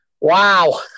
wow